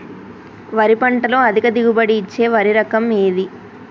వరి పంట లో అధిక దిగుబడి ఇచ్చే వరి రకం ఏది?